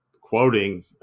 quoting